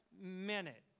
minute